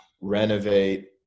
renovate